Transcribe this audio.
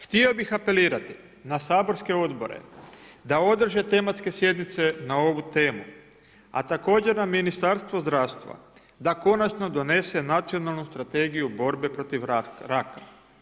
Htio bih apelirati na saborske odbore da održe tematske sjednice na ovu temu a također na Ministarstvo zdravstva da konačno donese nacionalnu strategiju borbe protiv raka.